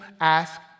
ask